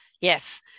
Yes